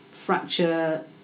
fracture